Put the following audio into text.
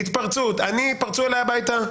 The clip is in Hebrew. פרצו אליי הביתה,